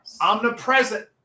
omnipresent